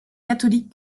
catholiques